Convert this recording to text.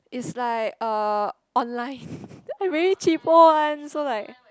it's like uh online I very cheapo one so like